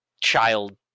Child